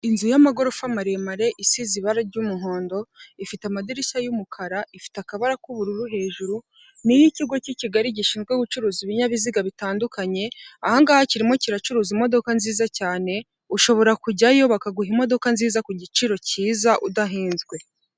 Inzu yamagorofa maremare isize ibara ry'umuhondo, ifite amadirishya y'umukara, ifite akabara k'ubururu hejuru, ni iy'ikigo k'ikigali gishinzwe gucuruza ibinyabiziga bitandukanye, ahangaha kirimo kiracuruza imodoka nziza cyane, ushobora kujyayo bakaguha imodoka nziza ku giciro kiza udahinzwe.